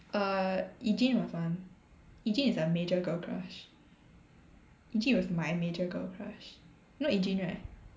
err Ee Jean was one Ee Jean is a major girl crush Ee Jean was my major girl crush you know Ee Jean right